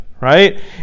right